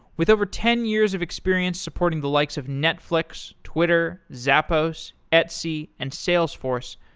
with over ten years of experience supporting the likes of netflix, twitter, zappos, etsy, and salesforce,